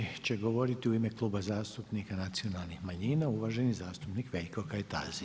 Sljedeći će govoriti u ime Kluba zastupnika nacionalnih manjina uvaženi zastupnik Veljko Kajtazi.